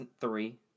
three